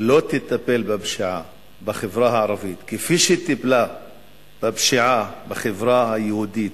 לא תטפל בפשיעה בחברה הערבית כפי שטיפלה בפשיעה בחברה היהודית,